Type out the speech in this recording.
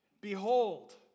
Behold